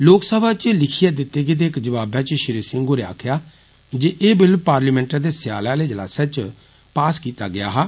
लोकसभा च लिखियै दितेगेदे इक जबावै च श्री सिंह होरें आक्खेआ जे एह् बिल पार्लियामैन्ट दे सोआले आले इजलासै च पास कीता गेआ हा